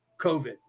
COVID